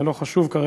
זה לא חשוב כרגע,